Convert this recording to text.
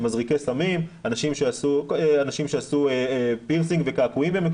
מזריקי סמים, אנשים שעשו פירסינג וקעקועים.